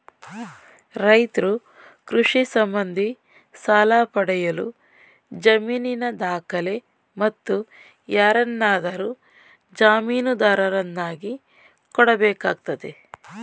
ರೈತ್ರು ಕೃಷಿ ಸಂಬಂಧಿ ಸಾಲ ಪಡೆಯಲು ಜಮೀನಿನ ದಾಖಲೆ, ಮತ್ತು ಯಾರನ್ನಾದರೂ ಜಾಮೀನುದಾರರನ್ನಾಗಿ ಕೊಡಬೇಕಾಗ್ತದೆ